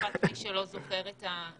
לטובת מי שלא זוכר את האירוע.